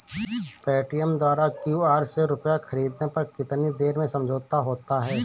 Paytm द्वारा QR से रूपए ख़रीदने पर कितनी देर में समझौता होता है?